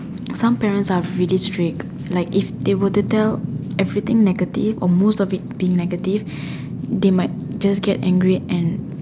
some parents are really strict like if they were to tell everything negative or most of it being negative they might just get angry and